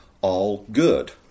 all-good